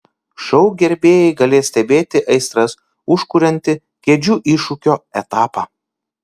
šou gerbėjai galės stebėti aistras užkuriantį kėdžių iššūkio etapą